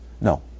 No